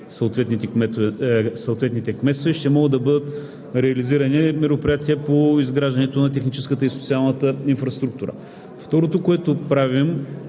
съответните кметства и ще могат да бъдат реализирани мероприятия по изграждането на техническата и социалната инфраструктура. Второто, което правим,